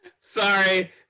sorry